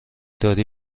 داری